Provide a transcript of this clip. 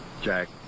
Jack